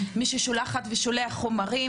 מי ששולחת ושולח חומרים,